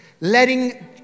letting